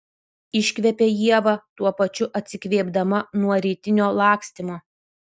iškvepia ieva tuo pačiu atsikvėpdama nuo rytinio lakstymo